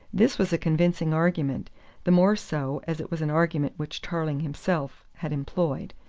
this was a convincing argument the more so as it was an argument which tarling himself had employed.